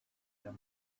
them